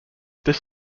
this